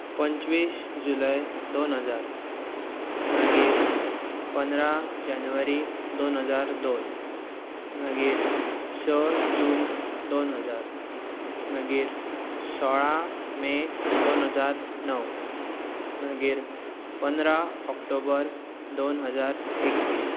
पंचवीस जुलाय दोन हजार मागीर पंदरा जेनवरी दोन हजार दोन मागीर स जून दोन हजार मागीर सोळा मे दोन हजार णव पंदरा मागीर ऑक्टोबर दोन हजार एकवीस